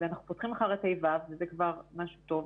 ואנחנו פותחים מחר את ה'-ו' וזה כבר משהו טוב.